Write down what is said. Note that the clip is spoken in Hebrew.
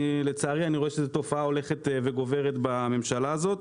לצערי אני רואה שזאת תופעה הולכת וגוברת בממשלה הזאת,